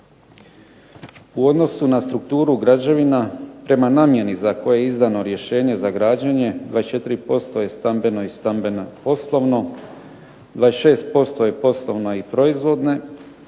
U odnosu na strukturu građevina prema namjeni za koje je izdano rješenje za građenje 24% je stambeno i stambeno-poslovno, 26% je poslovna i proizvodne,